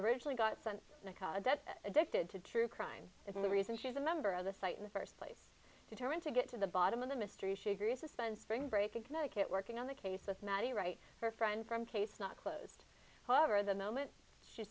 death addicted to true crime and the reason she's a member of the site in the first place determined to get to the bottom of the mystery she agrees to spend spring break in connecticut working on the case with maddie right her friend from case not closed over the moment she